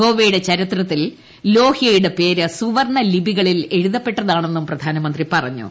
ഗോവയുടെ ചരിത്രത്തിൽ ലോഹ്യയുടെ പേര് സുവർണ ലിപികളിൽ എഴുതപ്പെട്ടതാണെന്നും പ്രധാനമന്ത്രി പറഞ്ഞു